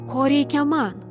ko reikia man